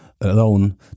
alone